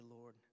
Lord